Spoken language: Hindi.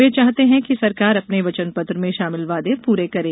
वे चाहते है कि सरकार अपने वचनपत्र में शामिल वादे पूरे करे